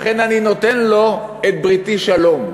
לכן אני נותן לו את בריתי שלום.